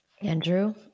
Andrew